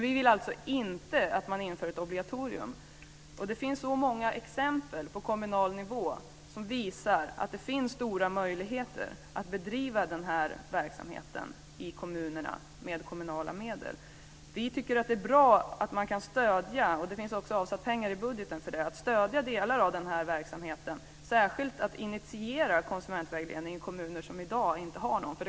Vi vill alltså inte att man inför ett obligatorium. Det finns så många exempel på kommunal nivå som visar att det finns stora möjligheter att bedriva den här verksamheten i kommunerna med kommunala medel. Vi tycker att det är bra att man kan stödja - det finns också avsatt pengar i budgeten för det - att stödja delar av den här verksamheten, särskilt att initiera konsumentvägledning i kommuner som i dag inte har någon sådan.